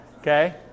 okay